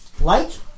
Light